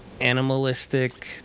animalistic